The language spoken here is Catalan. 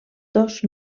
dos